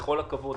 בכל הכבוד,